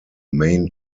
main